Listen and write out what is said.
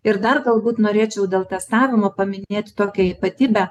ir dar galbūt norėčiau dėl testavimo paminėti tokią ypatybę